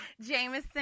Jameson